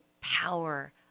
power